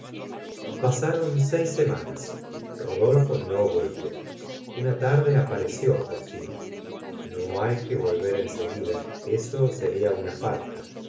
pasaron seis semanas rodolfo no volvió una tarde apareció por fin no hay que volver en seguida eso sería una falta